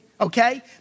Okay